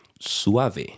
suave